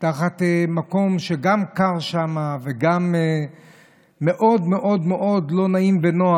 תחת מקום שגם קר שם וגם מאוד מאוד מאוד לא נעים ונוח.